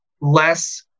less